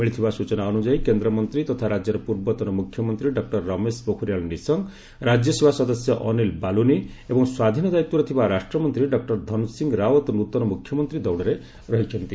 ମିଳିଥିବା ସ୍ଚଚନା ଅନୁଯାୟୀ କେନ୍ଦ୍ରମନ୍ତ୍ରୀ ତଥା ରାଜ୍ୟର ପୂର୍ବତନ ମୁଖ୍ୟମନ୍ତ୍ରୀ ଡକ୍ଟର ରମେଶ ପୋଖରିଆଲ୍ ନିଶଙ୍କ ରାଜ୍ୟସଭା ସଦସ୍ୟ ଅନୀଲ୍ ବାଲ୍ତନି ଏବଂ ସ୍ୱାଧୀନ ଦାୟିତ୍ୱରେ ଥିବା ରାଷ୍ଟ୍ରମନ୍ତ୍ରୀ ଡକ୍ଟର ଧନସିଂହ ରାଓ୍ୱତ ନୃତନ ମୁଖ୍ୟମନ୍ତ୍ରୀ ଦୌଡ଼ରେ ରହିଛନ୍ତି